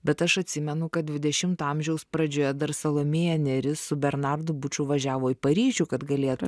bet aš atsimenu kad dvidešimto amžiaus pradžioje dar salomėja nėris su bernardu buču važiavo į paryžių kad galėtų